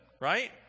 right